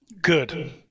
Good